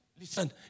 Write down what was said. Listen